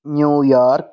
New York